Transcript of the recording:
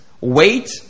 wait